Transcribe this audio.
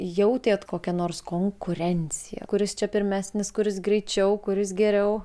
jautėt kokią nors konkurenciją kuris čia pirmesnis kuris greičiau kuris geriau